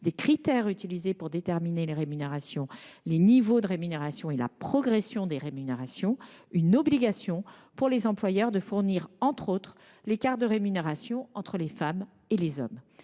des critères utilisés pour déterminer les rémunérations, les niveaux de rémunération et la progression des rémunérations, une obligation pour les employeurs de fournir, entre autres, l’écart de rémunération entre les femmes et les hommes.